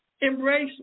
Embrace